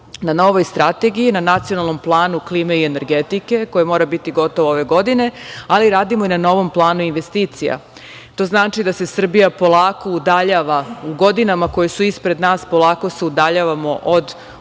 na novoj strategiji, na nacionalnom planu klime i energetike koji mora biti gotov ove godine, ali radimo i na novom planu investicija. To znači da se Srbija polako udaljava. U godinama koje su ispred nas polako se udaljavamo od onoga